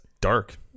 dark